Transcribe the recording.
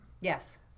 Yes